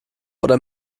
oder